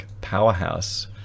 powerhouse